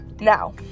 Now